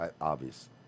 Obvious